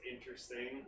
interesting